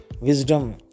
wisdom